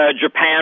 Japan